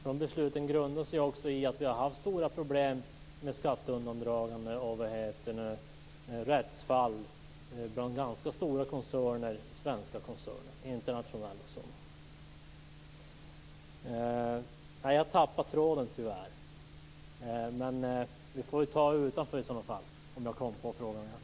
De besluten grundar sig bl.a. på att vi har haft stora problem med skatteundandragande och rättsfall avseende ganska stora Sverigebaserade internationella koncerner. Jag har nu tyvärr tappat tråden, men vi kan diskutera detta senare utanför salen.